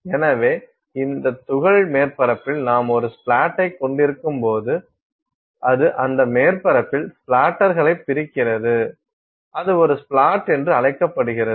எனவே இந்த துகள் மேற்பரப்பில் நாம் ஒரு ஸ்ப்ளாட்டைக் கொண்டிருக்கும்போது அது அந்த மேற்பரப்பில் ஸ்ப்ளாட்டர்களைப் பிரிக்கிறது அது ஒரு ஸ்ப்ளாட் என்று அழைக்கப்படுகிறது